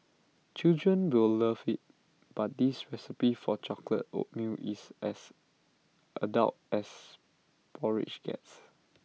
children will love IT but this recipe for chocolate oatmeal is as adult as porridge gets